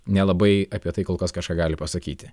nelabai apie tai kol kas kažką gali pasakyti